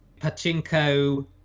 Pachinko